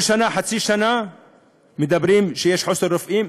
כל שנה או חצי שנה אומרים שיש מחסור ברופאים.